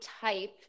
type